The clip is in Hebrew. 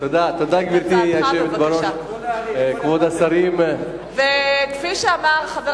גברתי היושבת בראש, תודה, כבוד השרים, כבוד